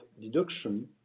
deduction